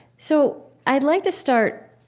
so, i'd like to start